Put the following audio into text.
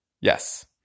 yes